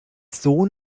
sohn